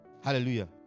Hallelujah